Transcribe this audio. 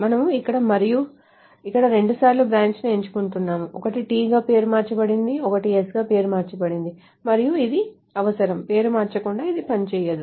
మనము ఇక్కడ మరియు ఇక్కడ రెండుసార్లు బ్రాంచిని ఎంచుకుంటున్నాము ఒకటి T గా పేరు మార్చబడింది ఒకటి S గా పేరు మార్చబడింది మరియు ఇది అవసరం పేరు మార్చకుండా ఇది పనిచేయదు